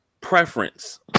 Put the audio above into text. preference